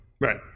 Right